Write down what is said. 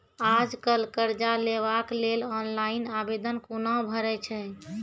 आज कल कर्ज लेवाक लेल ऑनलाइन आवेदन कूना भरै छै?